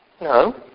no